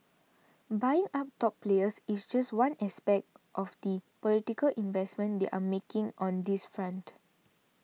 buying up top players is just one aspect of the political investments they are making on this front